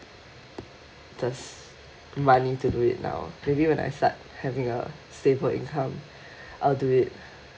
the money to do it now maybe when I start having a stable income I will do it